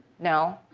no.